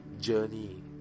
journey